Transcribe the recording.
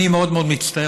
אני מאוד מאוד מצטער,